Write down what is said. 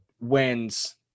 wins